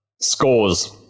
Scores